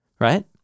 right